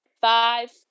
five